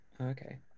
Okay